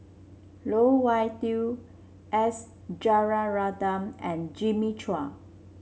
Loh Wai Kiew S Rajaratnam and Jimmy Chua